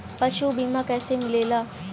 पशु बीमा कैसे मिलेला?